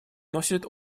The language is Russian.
носит